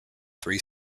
three